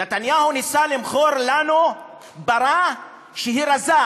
נתניהו ניסה למכור לנו פרה רזה,